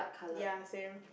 ya same